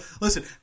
listen